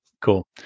Cool